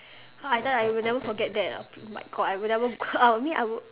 I tell you I would never forget that ah oh my god I would I never I mean I would